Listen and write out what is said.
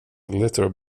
litter